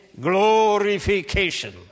glorification